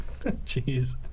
Jeez